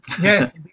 Yes